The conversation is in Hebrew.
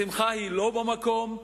השמחה היא לא במקום.